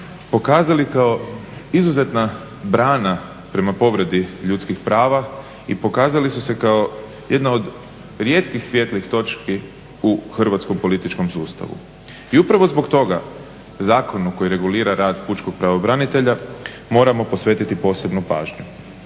pokazali kao izuzetna brana prema povredi ljudskih prava i pokazali su se kao jedna od rijetkih svijetlih točki u hrvatskom političkom sustavu. I upravo zbog toga zakonu koji regulira rad pučkog pravobranitelja moramo posvetiti posebnu pažnju.